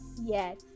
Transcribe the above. yes